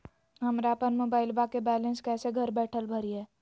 हमरा अपन मोबाइलबा के बैलेंस कैसे घर बैठल भरिए?